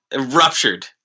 Ruptured